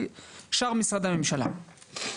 ושאר משרדי הממשלה.